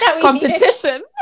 competition